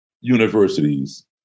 universities